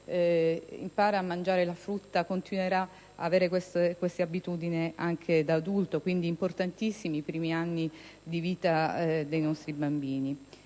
impara a mangiare la frutta manterrà queste buone abitudini anche da adulto. Quindi, sono importantissimi i primi anni di vita dei nostri bambini.